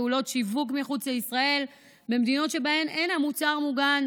פעולות שיווק מחוץ לישראל במדינות שבהן אין המוצר מוגן